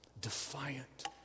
defiant